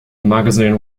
magazine